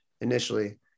initially